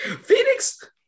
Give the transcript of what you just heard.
Phoenix